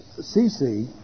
CC